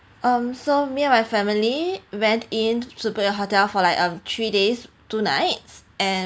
um so me and my family went in so for your hotel for like um three days two nights and